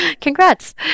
Congrats